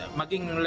maging